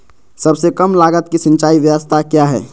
सबसे कम लगत की सिंचाई ब्यास्ता क्या है?